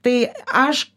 tai aš